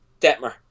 Detmer